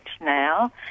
now